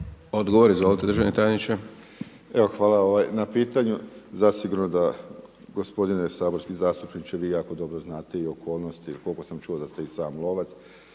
Odgovor izvolite državni tajniče. **Kraljičak, Željko** Evo hvala na pitanju. Zasigurno da gospodine saborski zastupniče, vi jako dobro znate i okolnosti koliko sam čuo da ste i sam lovac